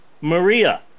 Maria